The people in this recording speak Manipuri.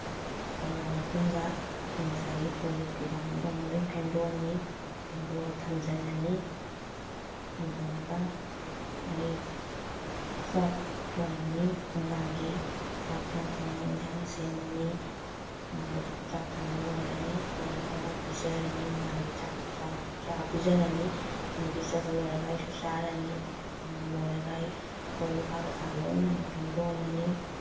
ꯇꯧꯔꯕ ꯃꯇꯨꯡꯗ ꯑꯩ ꯉꯁꯥꯏꯒꯤ ꯀꯣꯜꯂꯤꯛ ꯀꯩꯀꯥ ꯃꯌꯥꯝꯗꯣ ꯑꯃꯨꯛ ꯂꯣꯏ ꯐꯦꯡꯗꯣꯛꯑꯅꯤ ꯐꯦꯡꯗꯣꯛꯑꯒ ꯊꯝꯖꯤꯜꯂꯅꯤ ꯊꯝꯖꯤꯜꯂꯒ ꯑꯩ ꯆꯥꯛ ꯊꯣꯡꯉꯅꯤ ꯅꯨꯡꯗꯥꯡꯒꯤ ꯆꯥꯛ ꯊꯣꯡ ꯊꯣꯡꯅ ꯑꯩ ꯑꯦꯟꯁꯥꯡ ꯁꯦꯝꯃꯅꯤ ꯑꯗꯨꯒ ꯆꯥꯛ ꯊꯣꯡꯕ ꯂꯣꯏꯔꯅꯤ ꯂꯣꯏꯔꯒ ꯃꯣꯏ ꯄꯤꯖꯔꯅꯤ ꯅꯨꯡꯗꯥꯡꯒꯤ ꯆꯥꯛ ꯄꯤꯖꯔꯅꯤ ꯃꯣꯏ ꯄꯤꯖꯕ ꯂꯣꯏꯔꯒ ꯑꯩꯁꯨ ꯆꯥꯔꯅꯤ ꯑꯗꯨꯒ ꯂꯣꯏꯔꯒ ꯑꯩ ꯀꯣꯜ ꯂꯨꯈꯥꯛ ꯀꯩꯀꯥ ꯂꯣꯏꯅ ꯑꯃꯨꯛ ꯐꯦꯡꯗꯣꯛꯑꯝꯃꯅꯤ